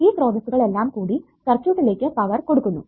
ഈ സ്രോതസ്സുകൾ എല്ലാം കൂടി സർക്യൂട്ടിലേക്കു പവർ കൊടുക്കുന്നു